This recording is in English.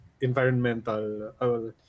environmental